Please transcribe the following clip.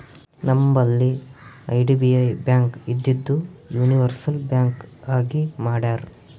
ನಂಬಲ್ಲಿ IDBI bank ಇದ್ದಿದು universal bank ಆಗಿ ಮಾಡ್ಯಾರ್